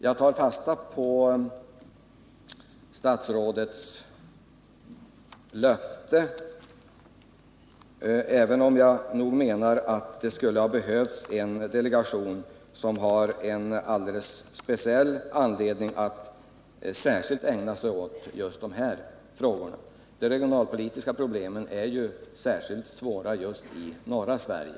Jag tar fasta på statsrådets löfte, även om jag menar att det skulle ha behövts en delegation som speciellt ägnar sig åt de här frågorna. De regionalpolitiska problemen är ju särskilt svåra i just norra Sverige.